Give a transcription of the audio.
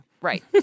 Right